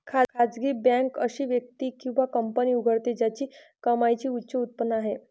खासगी बँक अशी व्यक्ती किंवा कंपनी उघडते ज्याची कमाईची उच्च उत्पन्न आहे